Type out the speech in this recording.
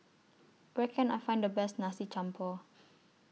Where Can I Find The Best Nasi Campur